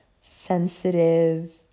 sensitive